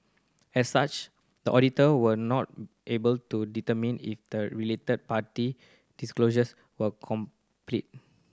as such the auditor were not able to determine if the related party disclosures were complete